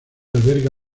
alberga